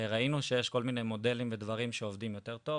וראינו שיש כל מיני מודלים ודברים שעובדים יותר טוב,